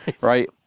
right